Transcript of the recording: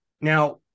Now